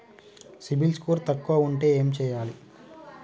CIBIL score తక్కువ ఉంటే ఏం చేయాలి?